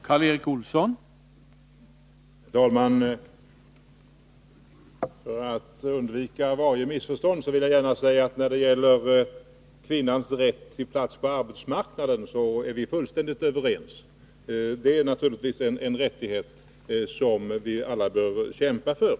Herr talman! För att undvika varje missförstånd vill jag gärna säga att när det gäller kvinnornas rätt till plats på arbetsmarknaden är vi fullständigt överens. Det är naturligtvis en rättighet som vi alla bör kämpa för.